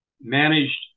managed